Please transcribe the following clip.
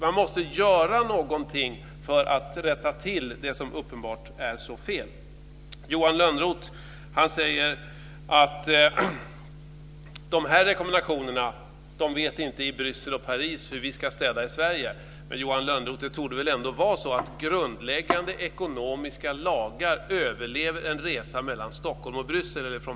Man måste göra någonting för att rätta till det som uppenbart är så fel. Johan Lönnroth säger om rekommendationerna att man i Bryssel och Paris inte vet hur vi ska städa i Sverige. Men, Johan Lönnroth, det torde väl ändå vara så att grundläggande ekonomiska lagar överlever en resa mellan Stockholm och Bryssel, eller från